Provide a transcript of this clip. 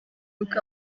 uko